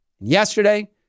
Yesterday